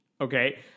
Okay